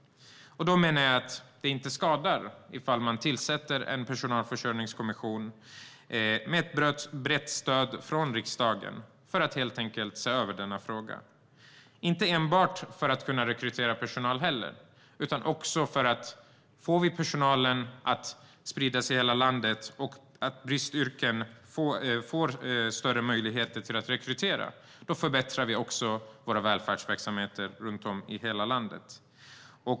Jag menar att det inte skadar att tillsätta en personalförsörjningskommission med ett brett stöd från riksdagen för att se över denna fråga. Det är inte enbart för att kunna rekrytera personal utan också för att vi, om vi får personalen att sprida sig över hela landet och får större möjlighet att rekrytera till bristyrken, kan förbättra våra välfärdsverksamheter runt om i landet.